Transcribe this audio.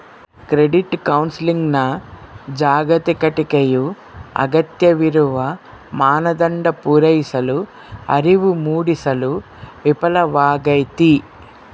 credit ಕೌನ್ಸೆಲಿಂಗ್ನ ಜಾಗತಿಕ ಟೀಕೆಯು ಅಗತ್ಯವಿರುವ ಮಾನದಂಡ ಪೂರೈಸಲು ಅರಿವು ಮೂಡಿಸಲು ವಿಫಲವಾಗೈತಿ